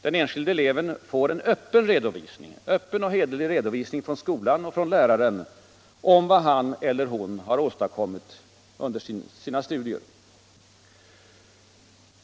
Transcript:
Den enskilda eleven får en öppen och hederlig redovisning från skolan och läraren om vad han eller hon har åstadkommit under sina studier.